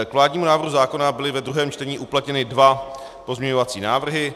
K vládnímu návrhu zákona byly ve druhém čtení uplatněny dva pozměňovací návrhy.